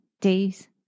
days